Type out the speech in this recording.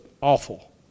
awful